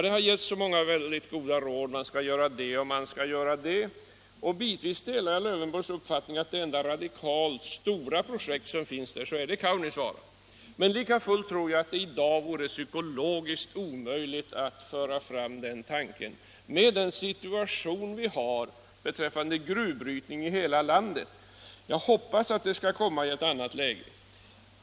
Det har givits väldigt många goda råd — man skall göra det och det. Och bitvis delar jag herr Lövenborgs uppfattning att det enda radikala stora projekt som finns där är Kaunisvaara. Men likafullt tror jag att det i dag vore psykologiskt omöjligt att föra fram den tanken i den situation som nu råder beträffande gruvbrytningen i hela landet. Jag hoppas att det skall komma i ett annat läge.